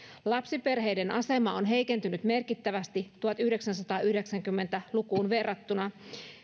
lapsiperheiden asema on heikentynyt merkittävästi tuhatyhdeksänsataayhdeksänkymmentä lukuun verrattuna